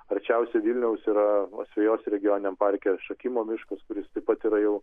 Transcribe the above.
arčiausiai vilniaus yra asvejos regioniniam parke šakimo miškas kuris taip pat yra jau